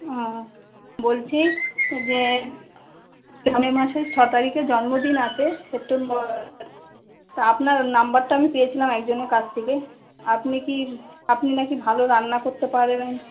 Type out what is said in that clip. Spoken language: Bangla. ও বলছি যে সামনের মাসের ছ তারিখে জন্মদিন আছে সেপ্টেম্বর তা আপনার নাম্বারটা আমি পেয়েছিলাম একজনের কাছ থেকে আপনি কি আপনি নাকি ভালো রান্না করতে পারবেন